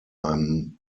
i’m